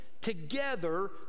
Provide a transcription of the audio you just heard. together